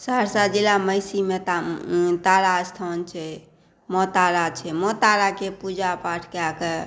सहरसा जिलामे महिसीमे तारा स्थान छै माँ तारा छै माँ ताराके पूजा पाठ कऽ कऽ